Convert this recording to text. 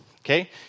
okay